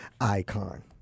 icon